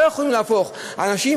דרך אגב,